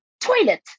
toilet